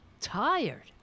tired